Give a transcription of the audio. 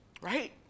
right